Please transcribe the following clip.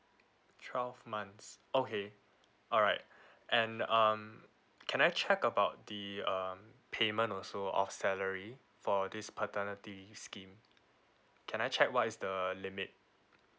twelve months okay alright and um can I check about the uh payment also of salary for this paternity scheme can I check what is the limit